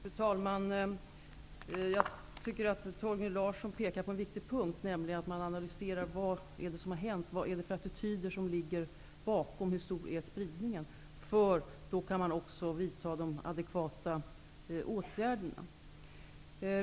Fru talman! Jag tycker att Torgny Larsson pekar på en viktig punkt, nämligen att analysera vad som har hänt, vilka attityder som ligger bakom händelserna och hur stor spridningen är, för att därefter vidta adekvata åtgärder.